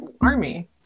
army